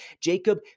Jacob